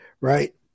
right